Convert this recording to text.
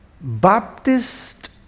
Baptist